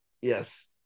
Yes